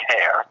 care